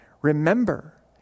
Remember